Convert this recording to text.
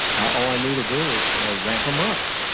all i knew to do is ah ramp em up,